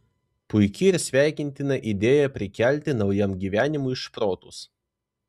puiki ir sveikintina idėja prikelti naujam gyvenimui šprotus